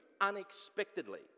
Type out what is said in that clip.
unexpectedly